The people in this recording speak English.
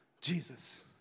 Jesus